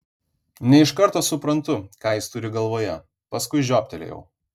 ne iš karto suprantu ką jis turi galvoje paskui žioptelėjau